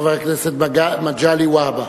חבר הכנסת מגלי והבה.